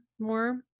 more